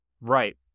Right